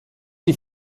sie